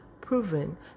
proven